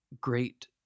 great